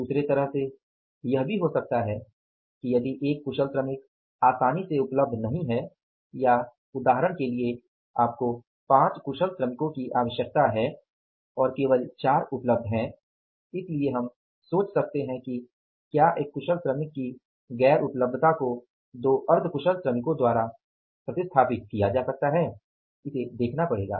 दुसरे तरह से यह भी हो सकता है कि यदि एक कुशल श्रमिक आसानी से उपलब्ध नहीं है या उदाहरण के लिए आपको 5 कुशल श्रमिकों की आवश्यकता है और केवल 4 उपलब्ध हैं इसलिए हम सोच सकते हैं कि क्या एक कुशल श्रमिक की गैर उपलब्धता को 2 अर्ध कुशल श्रमिकों द्वारा प्रतिस्थापित किया जा सकता है यह देखना पड़ेगा